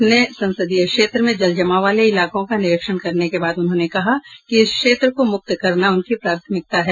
अपने संसदीय क्षेत्र के जल जमाव वाले इलाकों का निरीक्षण करने के बाद उन्होंने कहा कि इस क्षेत्र को मुक्त करना उनकी प्राथमिकता है